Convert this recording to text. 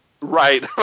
Right